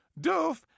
Doof